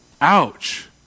Ouch